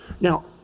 Now